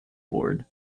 board